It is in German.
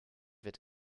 wird